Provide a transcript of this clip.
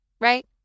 right